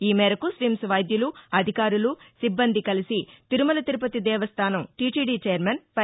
ఈ మేరకు స్విమ్స్ వైద్యులు అధికారులు సిబ్బంది కలిసి తిరుమల తిరుపతి దేవస్థానం టీటీటీ చైర్మన్ వై